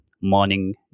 morning